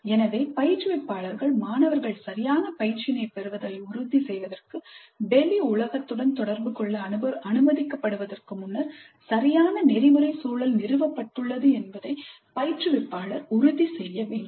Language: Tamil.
எனவே பயிற்றுவிப்பாளர்கள் மாணவர்கள் சரியான பயிற்சியினைப் பெறுவதை உறுதி செய்வதற்கு வெளி உலகத்துடன் தொடர்பு கொள்ள அனுமதிக்கப்படுவதற்கு முன்னர் சரியான நெறிமுறை சூழல் நிறுவப்பட்டுள்ளது என்பதை பயிற்றுவிப்பாளர் உறுதி செய்ய வேண்டும்